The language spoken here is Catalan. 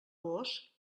gos